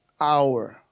hour